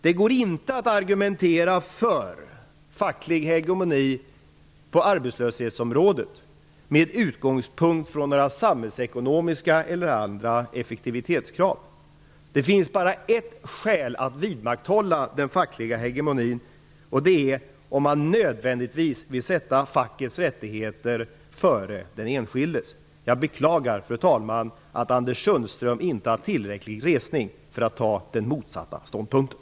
Det går inte att argumentera för facklig hegemoni på arbetslöshetsområdet med utgångspunkt från några samhällsekonomiska eller andra effektivitetskrav. Det finns bara ett skäl att vidmakthålla den fackliga hegemonin, och det är att man nödvändigtvis vill sätta fackets rättigheter före den enskildes. Jag beklagar, fru talman, att Anders Sundström inte har tillräcklig resning för att ta den motsatta ståndpunkten.